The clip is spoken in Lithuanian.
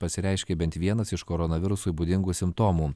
pasireiškė bent vienas iš koronavirusui būdingų simptomų